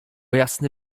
jasny